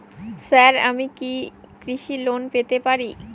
Sir আমি কি কৃষি লোন পেতে পারি?